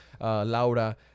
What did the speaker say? Laura